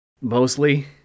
mostly